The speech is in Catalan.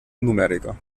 numèrica